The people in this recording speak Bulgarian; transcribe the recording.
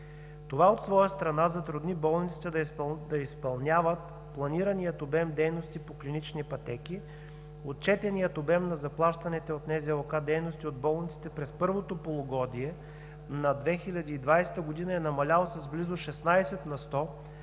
Това от своя страна затрудни болниците да изпълняват планирания обем дейности по клинични пътеки. Отчетеният обем на заплащаните от НЗОК дейности от болниците през първото полугодие на 2020 г. е намалял с близо 16 на сто